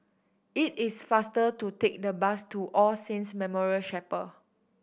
it is faster to take the bus to All Saints Memorial Chapel